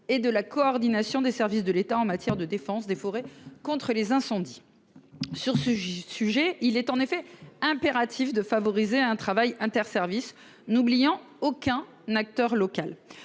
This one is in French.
et de la coordination des services de l'État en matière de défense des forêts contre les incendies. Sur ce sujet, il est impératif de favoriser un travail interservices n'oubliant aucun acteur local.